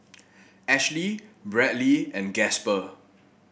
Ashlea Bradly and Gasper